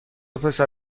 پسر